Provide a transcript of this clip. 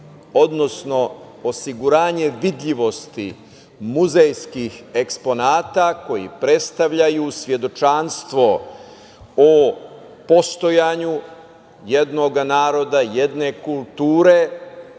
odnosno osiguranje vidljivosti muzejskih eksponata koji predstavljaju svedočanstvo o postojanju jednog naroda, jedne kulture